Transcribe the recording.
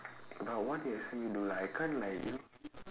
but what you expect me to do like I can't like you know